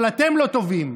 אבל אתם לא טובים,